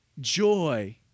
joy